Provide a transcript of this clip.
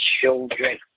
children